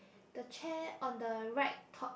the chair on the right top